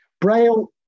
Braille